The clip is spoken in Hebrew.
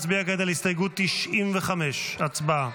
נצביע כעת על הסתייגות 95. הצבעה.